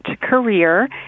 career